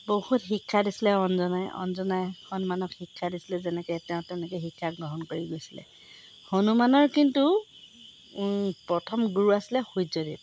বহুত শিক্ষা দিছিলে অঞ্জনাই অঞ্জনাই হনিমানক শিক্ষা দিছিলে যেনেকৈ তেওঁ তেনেকৈ শিক্ষা গ্ৰহণ কৰি গৈছিলে হনুমানৰ কিন্তু প্ৰথম গুৰু আছিলে সূৰ্যদেৱ